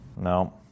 No